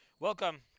Welcome